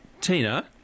Tina